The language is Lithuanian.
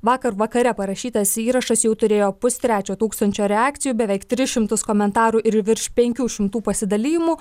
vakar vakare parašytas įrašas jau turėjo pustrečio tūkstančio reakcijų beveik tris šimtus komentarų ir virš penkių šimtų pasidalijimų